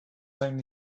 only